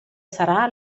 sarà